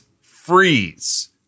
freeze